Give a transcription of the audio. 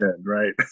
right